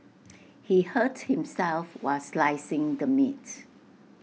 he hurt himself while slicing the meat